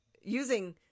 using